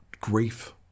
grief